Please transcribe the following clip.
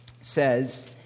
says